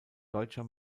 deutscher